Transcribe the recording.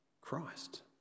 Christ